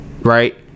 right